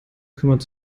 kümmert